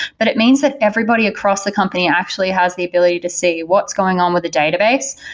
but it means that everybody across the company actually has the ability to see what's going on with the database.